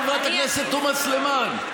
חברת הכנסת תומא סלימאן?